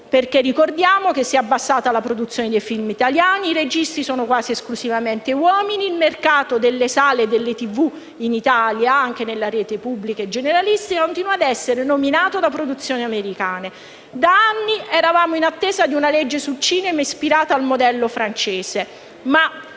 perché ricordiamo che la produzione di film italiani è diminuita, i registi sono quasi esclusivamente uomini e il mercato delle sale e della tv in Italia (anche nella rete pubblica e generalista) continua a essere dominato da produzioni americane. Da anni eravamo in attesa di una legge sul cinema ispirata al modello francese.